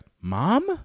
Mom